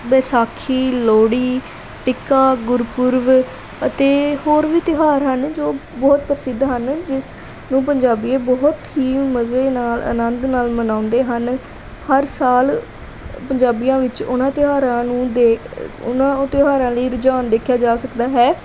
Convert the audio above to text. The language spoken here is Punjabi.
ਵਿਸਾਖੀ ਲੋਹੜੀ ਟਿੱਕਾ ਗੁਰਪੁਰਬ ਅਤੇ ਹੋਰ ਵੀ ਤਿਉਹਾਰ ਹਨ ਜੋ ਬਹੁਤ ਪ੍ਰਸਿੱਧ ਹਨ ਜਿਸ ਨੂੰ ਪੰਜਾਬੀ ਬਹੁਤ ਹੀ ਮਜ਼ੇ ਨਾਲ ਆਨੰਦ ਨਾਲ ਮਨਾਉਂਦੇ ਹਨ ਹਰ ਸਾਲ ਪੰਜਾਬੀਆਂ ਵਿੱਚ ਉਹਨਾਂ ਤਿਉਹਾਰਾਂ ਨੂੰ ਦੇ ਉਹਨਾਂ ਤਿਉਹਾਰਾਂ ਲਈ ਰੁਝਾਨ ਦੇਖਿਆ ਜਾ ਸਕਦਾ ਹੈ